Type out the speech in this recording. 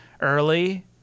early